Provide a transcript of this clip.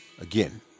Again